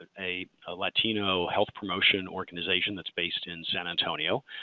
ah a latino health promotion organization that is based in san antonio.